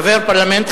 חבר פרלמנט,